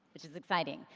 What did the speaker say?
which is exciting.